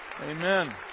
Amen